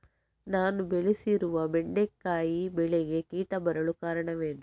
ನಾನು ಬೆಳೆಸಿರುವ ಬೆಂಡೆಕಾಯಿ ಬೆಳೆಗೆ ಕೀಟ ಬರಲು ಕಾರಣವೇನು?